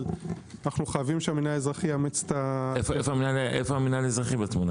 אבל אנחנו חייבים שהמינהל האזרחי יאמץ- -- איפה המינהל האזרחי בתמונה?